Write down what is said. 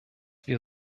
wir